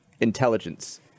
intelligence